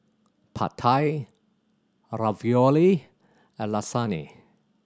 Pad Thai Ravioli and Lasagne